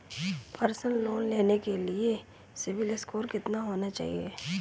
Personal loan लेने के लिए सिबिल स्कोर कितना होना चाहिए?